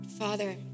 Father